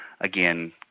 again